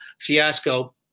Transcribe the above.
fiasco